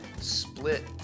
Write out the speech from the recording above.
split